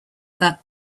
that